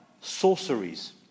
sorceries